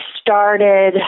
started